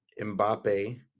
mbappe